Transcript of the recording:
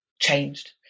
changed